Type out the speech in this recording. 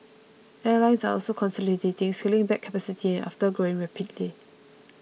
airlines are also consolidating scaling back capacity after growing rapidly